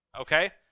okay